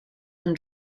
him